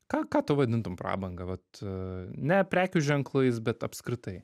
ką ką tu vadintum prabanga vat ne prekių ženklais bet apskritai